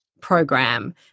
program